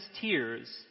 tears